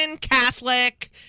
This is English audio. Catholic